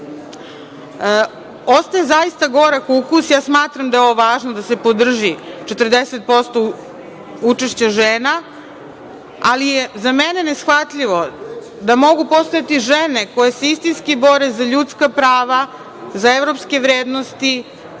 prava. Ostaje zaista gorak ukus. Ja smatram da je ovo važno da se podrži, 40% učešće žena, ali je za mene ne shvatljivo da mogu postojati žene koje se istinski bore za ljudska prava, za evropske vrednosti,